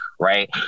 Right